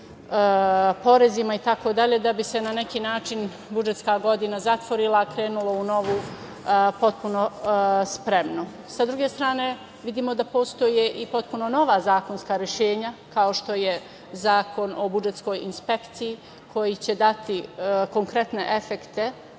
o porezima itd, da bi se na neki način budžetska godina zatvorila i krenulo u novu potpuno spremno. Sa druge strane, vidimo da postoje i potpuno nova zakonska rešenja, kao što je Zakon o budžetskoj inspekciji, koji će dati konkretne efekte,